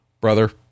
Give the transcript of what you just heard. Brother